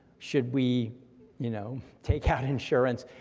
should we you know take out insurance?